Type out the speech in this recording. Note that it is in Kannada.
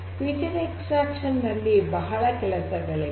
ಫೀಚರ್ ಎಕ್ಸ್ಟ್ರಾಕ್ಷನ್ ನಲ್ಲಿ ಬಹಳ ಕೆಲಸಗಳಿವೆ